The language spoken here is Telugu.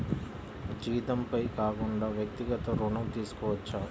జీతంపై కాకుండా వ్యక్తిగత ఋణం తీసుకోవచ్చా?